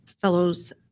fellows